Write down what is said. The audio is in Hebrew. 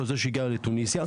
או זה שהגיע מתוניסיה,